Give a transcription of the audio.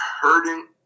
hurting